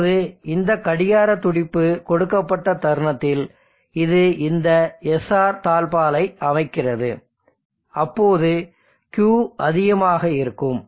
இப்போது இந்த கடிகார துடிப்பு கொடுக்கப்பட்ட தருணத்தில் இது இந்த SR தாழ்ப்பாளை அமைக்கிறது அப்போது Q அதிகமாக இருக்கும்